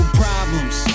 problems